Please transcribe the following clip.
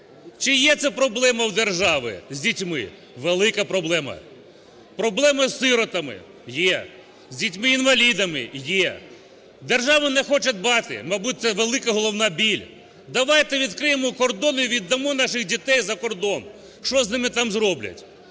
Чи є це проблема в держави з дітьми? Велика проблема. Проблема із сиротами? Є. З дітьми-інвалідами? Є. Держава не хоче дбати, мабуть, це велика головна біль. Давайте відкриємо кордон і віддамо наших дітей за кордон. Що з ними там зроблять?